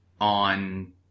on